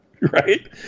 Right